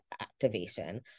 activation